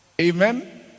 Amen